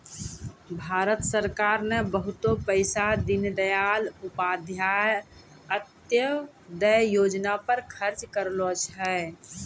भारत सरकार ने बहुते पैसा दीनदयाल उपाध्याय अंत्योदय योजना पर खर्च करलो रहै